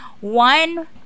one